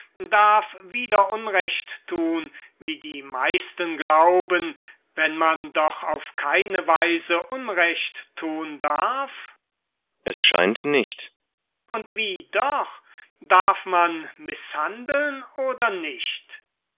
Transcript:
darf wieder unrecht tun wie die meisten glauben wenn man doch auf keine weise unrecht tun darf kriton es scheint nicht sokrates und wie doch darf man mißhandeln oder nicht